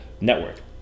network